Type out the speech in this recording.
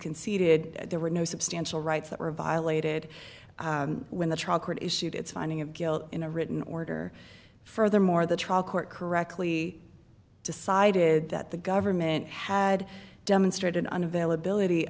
conceded there were no substantial rights that were violated when the trial court issued its finding of guilt in a written order furthermore the trial court correctly decided that the government had demonstrated on availability